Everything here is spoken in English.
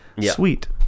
sweet